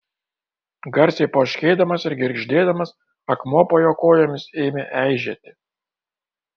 garsiai poškėdamas ir girgždėdamas akmuo po jo kojomis ėmė eižėti